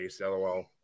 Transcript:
LOL